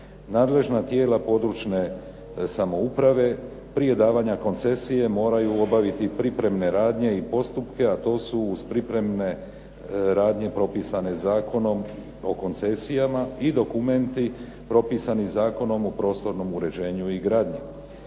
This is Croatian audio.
Nadležna tijela područne samouprave prije davanja koncesije moraju obaviti pripremne radnje i postupke, a to su uz pripremne radnje propisane Zakonom o koncesijama i dokumenti propisani Zakonom o prostornom uređenju i gradnji.